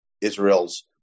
Israel's